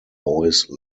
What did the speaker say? boyce